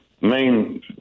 main